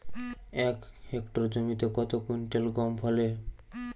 এক হেক্টর জমিতে কত কুইন্টাল গম ফলে?